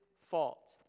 fault